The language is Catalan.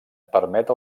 permet